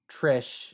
Trish